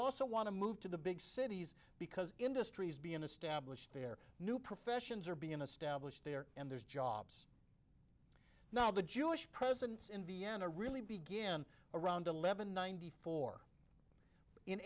also want to move to the big cities because industries be an established their new professions are being established there and there's jobs not the jewish presence in vienna really began around eleven ninety four